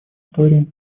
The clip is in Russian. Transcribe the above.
истории